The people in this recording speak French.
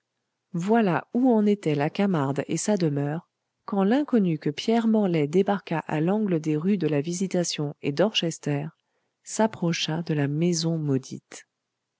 voilà où en étaient la camarde et sa demeure quand l'inconnu que pierre morlaix débarqua à l'angle des rues de la visitation et dorchester s'approcha de la maison maudite